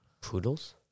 Poodles